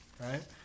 Right